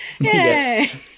yes